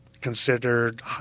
considered